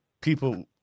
people